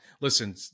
listen